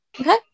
Okay